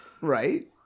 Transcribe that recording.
Right